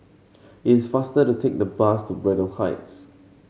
it is faster to take the bus to Braddell Heights